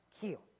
keel